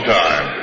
time